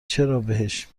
چرابهش